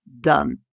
done